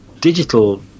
digital